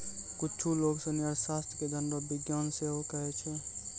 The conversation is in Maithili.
कुच्छु लोग सनी अर्थशास्त्र के धन रो विज्ञान सेहो कहै छै